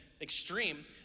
extreme